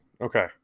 okay